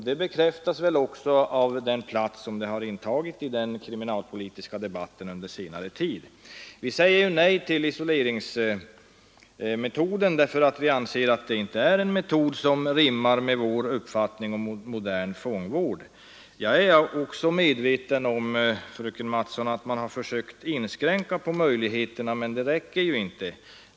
Det bekräftas också av den plats som frågan har intagit i den kriminalpolitiska debatten under senare tid. Vi säger nej till isoleringsstraffet därför att vi inte anser det vara en metod som rimmar med vår uppfattning om modern fångvård. Jag är medveten om, fröken Mattson, att man har försökt minska på denna form av bestraffning, men det räcker inte.